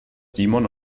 simon